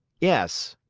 yes.